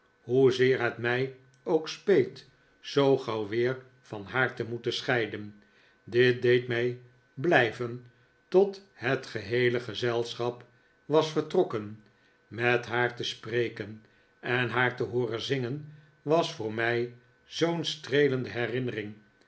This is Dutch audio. hoezeer het mij ook speet zoo gauw weer van haar te moeten scheiden dit deed mij blijven tot het heele gezelschap was vertrokken met haar te spreken en haar te hooren zingen was voor mij zoo'n streelende